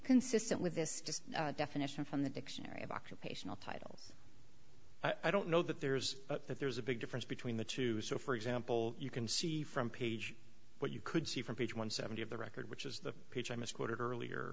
consistent with this just definition from the dictionary of occupational titles i don't know that there's but that there's a big difference between the two so for example you can see from page what you could see from page one seventy of the record which is the pitch i misquoted earlier